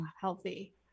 healthy